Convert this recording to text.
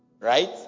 Right